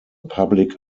public